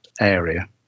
area